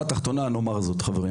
חלקנו רק בפנים וחלקנו גם כלפי חוץ.